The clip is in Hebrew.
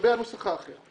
לגבי הנוסח האחר,